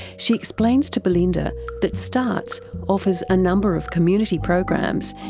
she explains to belinda that startts offers a number of community programs,